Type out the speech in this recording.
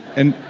and